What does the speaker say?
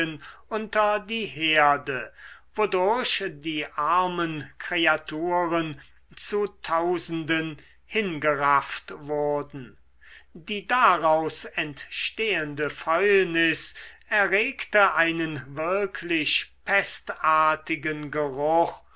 unter die herde wodurch die armen kreaturen zu tausenden hingerafft wurden die daraus entstehende fäulnis erregte einen wirklich pestartigen geruch